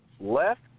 left